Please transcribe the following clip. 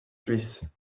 suisses